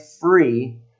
free